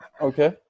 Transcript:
okay